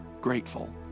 grateful